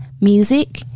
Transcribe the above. music